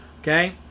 Okay